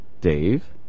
Dave